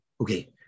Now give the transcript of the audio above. Okay